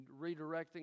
redirecting